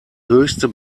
höchste